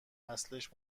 اصلش